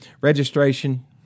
Registration